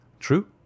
True